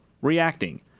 reacting